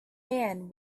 man